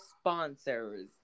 sponsors